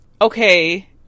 okay